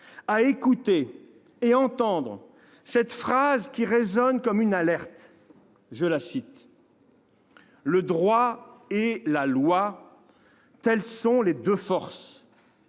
à écouter et entendre cette phrase qui résonne comme une alerte :« Le droit et la loi, telles sont les deux forces :